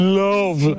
love